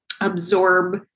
absorb